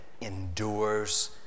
endures